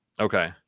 Okay